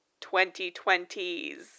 2020s